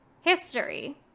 history